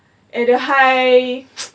and the height